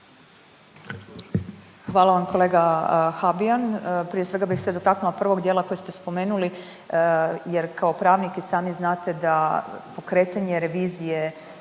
Hvala vam kolega Habijan. Prije svega bi se dotaknula prvog dijela kojeg ste spomenuli jer kao pravnik i sami znate da pokretanje revizije